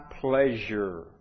pleasure